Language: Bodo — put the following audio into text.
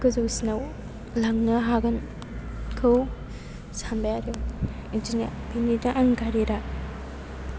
गोजौसिनाव लांनो हागोनखौ सानबाय आरो बिदिनो बेनो दा आंनि टार्गेट आ